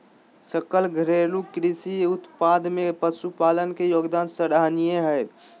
सकल घरेलू कृषि उत्पाद में पशुपालन के योगदान सराहनीय हइ